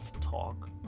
talk